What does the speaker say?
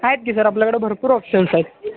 आहेत की सर आपल्याकडं भरपूर ऑप्शन्स आहेत